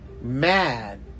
mad